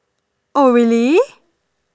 oh really